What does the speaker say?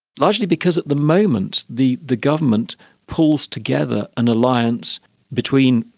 largely because at the moment the the government pulls together an alliance between,